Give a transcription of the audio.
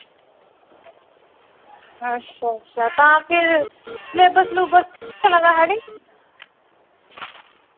अच्छा अच्छा तां फिर सलेबस सलुबस चला दा हैनी